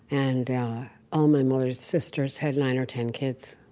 and all my mother's sisters had nine or ten kids,